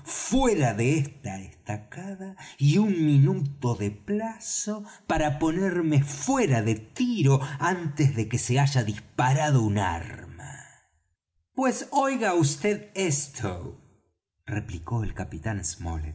fuera de esa estacada y un minuto de plazo para ponerme fuera de tiro antes de que se haya disparado un arma pues oiga vd esto replicó el capitán